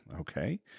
Okay